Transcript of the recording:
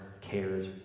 cares